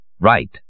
Right